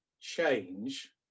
change